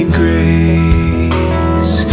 grace